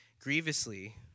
grievously